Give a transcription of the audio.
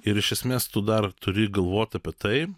ir iš esmės tu dar turi galvot apie tai